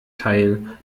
teil